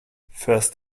first